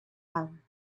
home